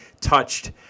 touched